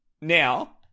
Now